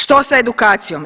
Što sa edukacijom?